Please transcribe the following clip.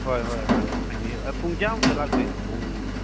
ꯍꯣꯏ ꯍꯣꯏ ꯍꯣꯏ ꯍꯟꯕꯤꯌꯨ ꯄꯨꯡ ꯀꯌꯥꯃꯨꯛꯇ ꯂꯥꯛꯇꯣꯏꯅꯣ ꯄꯨꯡ